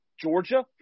Georgia